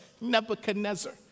Nebuchadnezzar